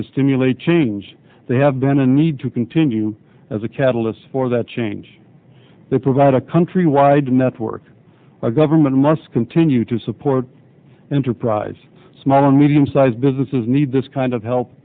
stimulate change they have been a need to continue as a catalyst for that change they provide a country wide network the government must continue to support enterprise small and medium sized businesses need this kind of help